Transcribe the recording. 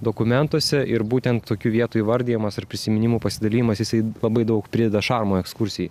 dokumentuose ir būtent tokių vietų įvardijimas ir prisiminimų pasidalijimas jisai labai daug prideda šarmo ekskursijai